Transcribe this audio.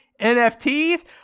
NFTs